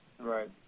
right